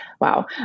Wow